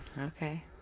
Okay